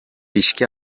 ишке